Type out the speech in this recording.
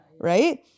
right